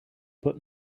put